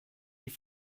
die